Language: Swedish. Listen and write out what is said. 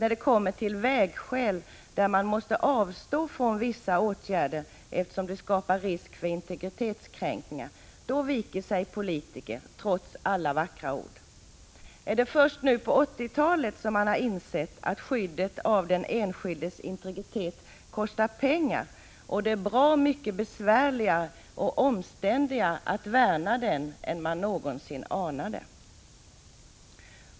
När man kommer till ett vägskäl, där man måste avstå från vissa åtgärder, eftersom dessa skapar risk för integritetskränkningar, viker sig då politiker trots alla vackra ord? Är det först nu på 1980-talet som man har insett att skyddet av den enskildes integritet kostar pengar och att det är bra mycket besvärligare och omständligare att värna den enskildes integritet än man någonsin anade?